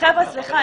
סליחה,